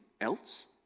else